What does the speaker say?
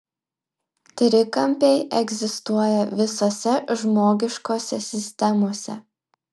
trikampiai egzistuoja visose žmogiškose sistemose